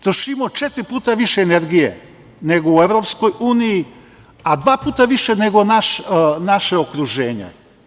Trošimo četiri puta više energije, nego u EU, a dva puta više nego naše okruženje.